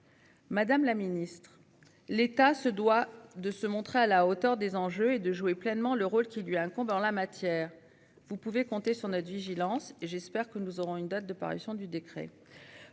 Madame la Ministre, l'État se doit de se montrer à la hauteur des enjeux et de jouer pleinement le rôle qui lui incombent en la matière. Vous pouvez compter sur notre vigilance et j'espère que nous aurons une date de parution du décret.